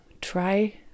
try